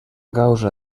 causa